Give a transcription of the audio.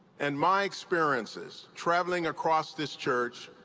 and my experiences traveling across this church